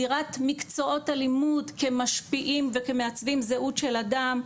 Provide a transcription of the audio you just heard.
זירת מקצועות הלימוד כמשפיעים וכמעצבים זהות של אדם,